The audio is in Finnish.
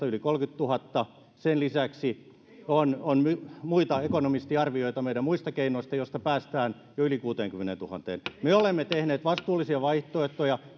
yli kolmekymmentätuhatta sen lisäksi on on muita ekonomistiarvioita meidän muista keinoista joilla päästään jo yli kuuteenkymmeneentuhanteen me olemme tehneet vastuullisia vaihtoehtoja